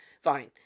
Fine